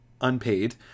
unpaid